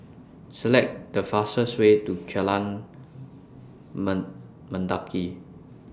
Select The fastest Way to Jalan Mend Mendaki